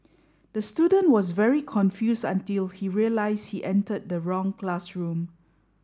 the student was very confused until he realize he entered the wrong classroom